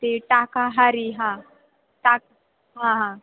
ते टाकाहारी हां टाक हां हां